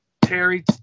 terry